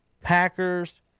Packers